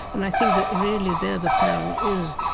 and i think that, really, there the peril is.